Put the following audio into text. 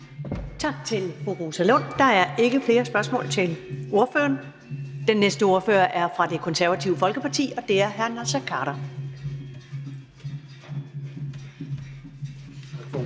Tak til fru Rosa Lund. Der er ikke flere spørgsmål til ordføreren. Den næste ordfører er fra Det Konservative Folkeparti, og det er hr. Naser Khader. Kl.